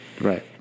Right